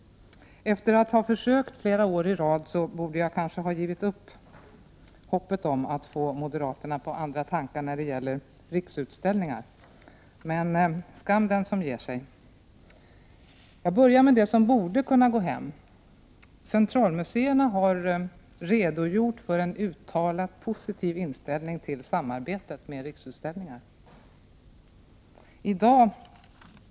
Efter att ha försökt flera år i rad borde jag kanske ha givit upp hoppet om att få moderaterna på andra tankar när det gäller Riksutställningar. Men skam den som ger sig! Jag börjar med det som borde kunna gå hem. Centralmuseerna har redogjort för en uttalat positiv inställning till samarbetet med Riksutställningar.